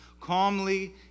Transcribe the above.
calmly